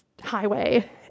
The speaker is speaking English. highway